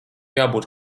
jābūt